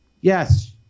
yes